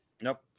Nope